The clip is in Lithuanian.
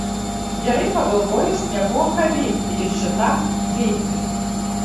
gerai pagalvojus nebuvo ką veikti ir šitam veitui